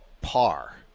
par